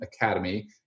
Academy